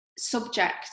subject